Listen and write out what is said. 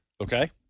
Okay